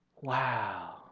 Wow